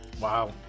Wow